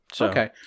Okay